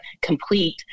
complete